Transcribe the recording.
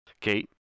Kate